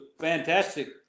fantastic